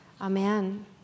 Amen